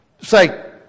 say